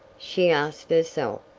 she asked herself,